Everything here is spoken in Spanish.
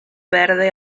verde